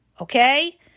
okay